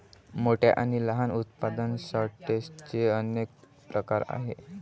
मोठ्या आणि लहान उत्पादन सॉर्टर्सचे अनेक प्रकार आहेत